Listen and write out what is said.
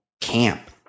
camp